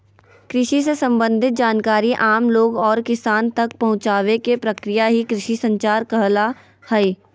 कृषि से सम्बंधित जानकारी आम लोग और किसान तक पहुंचावे के प्रक्रिया ही कृषि संचार कहला हय